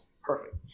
Perfect